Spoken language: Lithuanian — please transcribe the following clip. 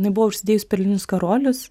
jinai buvo užsidėjus perlinius karolius